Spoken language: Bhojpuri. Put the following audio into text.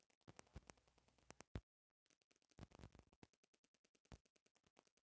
गांव में भेड़िहार एगो जात होलन सन जवन भेड़ के पोसेलन सन